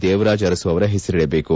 ದೇವರಾಜ್ ಅರಸು ಅವರ ಹೆಸರಿಡಬೇಕು